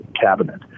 cabinet